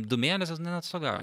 du mėnesius nu neatostogauji